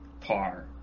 par